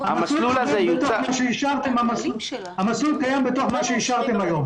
המסלול קיים בתוך מה שאישרתם היום.